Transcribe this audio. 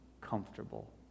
comfortable